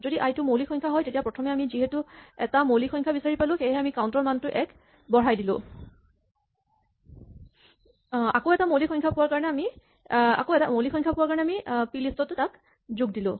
যদি আই টো মৌলিক সংখ্যা হয় তেতিয়া প্ৰথমে আমি যিহেতু এটা মৌলিক সংখ্যা বিচাৰি পালো সেয়েহে আমি কাউন্ট ৰ মানটো এক বঢ়াই দিলো আৰু এটা মৌলিক সংখ্যা পোৱাৰ কাৰণে তাক আমি পিলিষ্ট ত যোগ দিলো